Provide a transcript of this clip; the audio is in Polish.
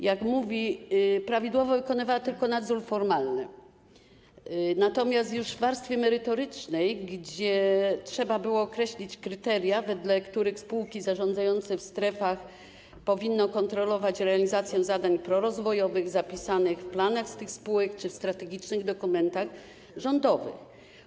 Jak mówi, prawidłowo wykonywała tylko nadzór formalny, natomiast już nie w warstwie merytorycznej, gdzie trzeba było określić kryteria, wedle których spółki zarządzające w strefach powinny kontrolować realizację zadań prorozwojowych zapisanych w planach tych spółek czy strategicznych dokumentach rządowych.